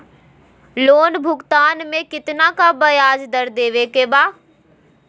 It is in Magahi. लोन भुगतान में कितना का ब्याज दर देवें के बा?